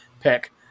pick